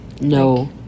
no